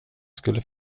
skulle